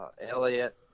Elliott